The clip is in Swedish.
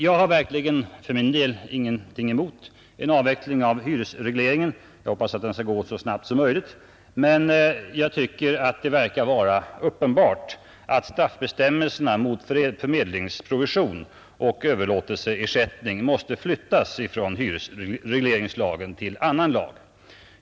Jag har verkligen för min del ingenting emot en avveckling av hyresregleringen; jag hoppas den skall gå så snabbt som möjligt. Men jag tycker att det verkar vara uppenbart att straffbestämmelserna mot förmedlingsprovision och överlåtelseersättning måste flyttas från hyresregleringslagen till annan lag.